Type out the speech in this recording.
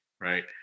right